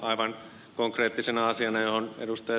aivan konkreettisena asiana johon ed